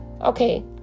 okay